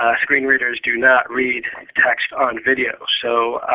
screen readers do not read text on video. so